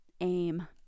aim